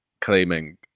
claiming